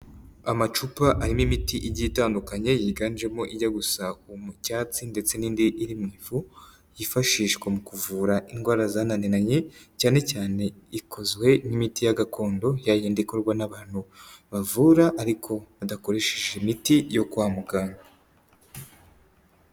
Amacupa arimo imiti igiye itandukanye yiganjemo ijya gusa n'icyatsi ndetse n'indi irimo ifu yifashishwa mu kuvura indwara zananiranye cyane cyane ikozwe n'imiti ya gakondo yayindi ikorwa n'abantu bavura ariko badakoresheje imiti yo kwa muganga.